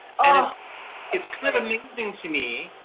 and it's kind of amazing to me.